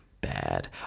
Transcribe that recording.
bad